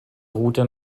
route